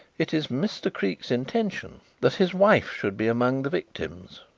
it is mr. creake's intention that his wife should be among the victims.